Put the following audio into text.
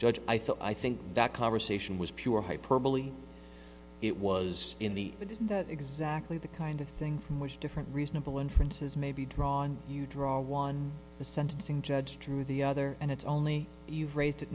judge i thought i think that conversation was pure hyperbole it was in the but isn't that exactly the kind of thing from which different reasonable inferences may be drawn you draw one the sentencing judge through the other and it's only you've raised it